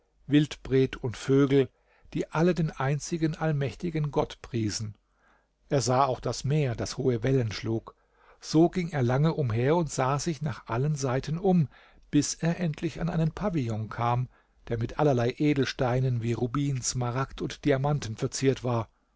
wildbret und vögel die alle den einzigen allmächtigen gott priesen er sah auch das meer das hohe wellen schlug so ging er lange umher und sah sich nach allen seiten um bis er endlich an einen pavillon kam der mit allerlei edelsteinen wie rubin smaragd und diamanten verziert war